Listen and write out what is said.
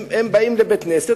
הם באים לבית-הכנסת,